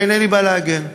אינני בא להגן.